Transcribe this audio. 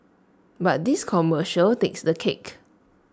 but this commercial takes the cake